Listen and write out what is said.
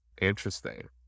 interesting